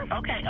Okay